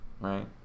right